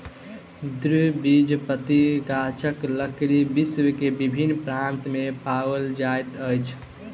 द्विबीजपत्री गाछक लकड़ी विश्व के विभिन्न प्रान्त में पाओल जाइत अछि